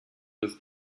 des